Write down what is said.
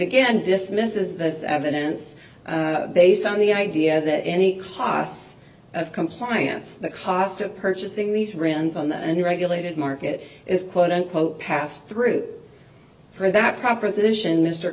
again dismisses this evidence based on the idea that any costs of compliance the cost of purchasing these friends on the and regulated market is quote unquote passed through for that proposition m